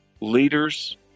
Leaders